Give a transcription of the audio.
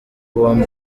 bobi